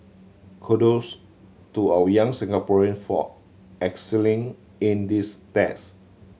kudos to our young Singaporean for excelling in these best